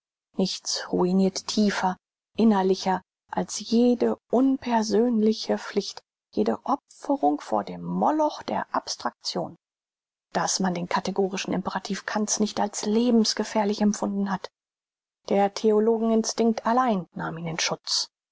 nichts ruinirt tiefer innerlicher als jede unpersönliche pflicht jede opferung vor dem moloch der abstraktion daß man den kategorischen imperativ kant's nicht als lebensgefährlich empfunden hat der theologen instinkt allein nahm ihn in schutz